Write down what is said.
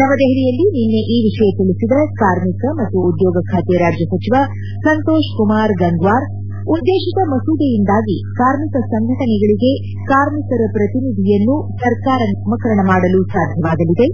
ನವದೆಹಲಿಯಲ್ಲಿ ನಿನ್ನೆ ಈ ವಿಷಯ ತಿಳಿಸಿದ ಕಾರ್ಮಿಕ ಮತ್ತು ಉದ್ಯೋಗ ಖಾತೆ ರಾಜ್ಯ ಸಚಿವ ಸಂತೋಷ್ ಕುಮಾರ್ ಗಂಗ್ವಾರ್ ಉದ್ದೇಶಿತ ಮಸೂದೆಯಿಂದಾಗಿ ಕಾರ್ಮಿಕ ಸಂಘಟನೆಗಳಿಗೆ ಕಾರ್ಮಿಕರ ಪ್ರತಿನಿಧಿಯನ್ನು ಸರ್ಕಾರ ನಾಮಕರಣ ಮಾಡಲು ಸಾಧ್ಯವಾಗಲಿದೆ